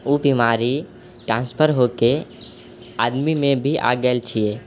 ओ बीमारी ट्रान्सफर होके आदमीमे भी आ गैल छिए